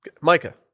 Micah